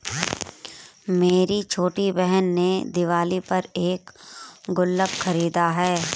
मेरी छोटी बहन ने दिवाली पर एक गुल्लक खरीदा है